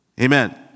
Amen